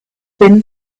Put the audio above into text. thin